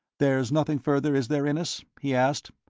there's nothing further, is there, innes? he asked.